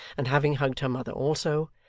and having hugged her mother also,